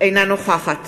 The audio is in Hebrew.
אינה נוכחת